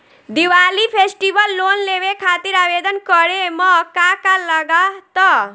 Diwali festival loan लेवे खातिर आवेदन करे म का का लगा तऽ?